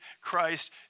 Christ